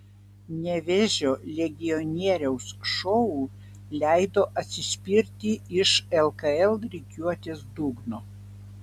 nevėžio legionieriaus šou leido atsispirti iš lkl rikiuotės dugno